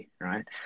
right